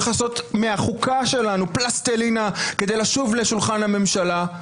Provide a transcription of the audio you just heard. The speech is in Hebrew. הולך לעשות מהחוקה שלנו פלסטלינה כדי לשוב לשולחן הממשלה.